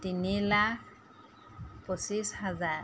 তিনি লাখ পঁচিছ হাজাৰ